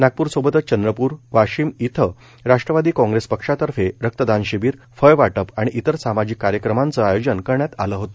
नागप्रसोबतच चंद्रपूर वाशिम येथे राष्ट्रवादी काँग्रेस पक्षातर्फे रक्तदान शिबीर फळवाटप आणि इतर सामाजिक कार्यक्रमाच आयोजन करण्यात आले होते